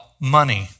money